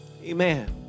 Amen